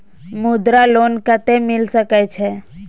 मुद्रा लोन कत्ते मिल सके छै?